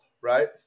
Right